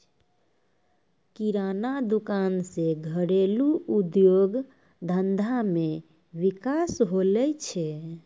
किराना दुकान से घरेलू उद्योग धंधा मे विकास होलो छै